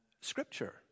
scripture